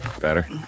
Better